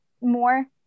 more